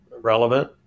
relevant